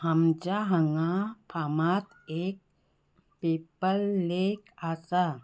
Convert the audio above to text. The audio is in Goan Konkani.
आमच्या हांगा फामाद एक पेप्पल लेख आसा